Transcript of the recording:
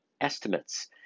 estimates